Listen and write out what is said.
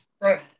Right